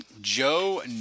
Joe